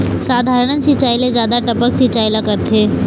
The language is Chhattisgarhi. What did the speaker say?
साधारण सिचायी ले जादा टपक सिचायी ला करथे